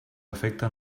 afecta